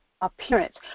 appearance